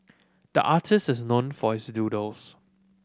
the artist is known for his doodles